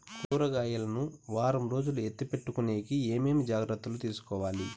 కూరగాయలు ను వారం రోజులు ఎత్తిపెట్టుకునేకి ఏమేమి జాగ్రత్తలు తీసుకొవాలి?